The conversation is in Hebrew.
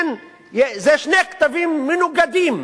אלה שני קטבים מנוגדים,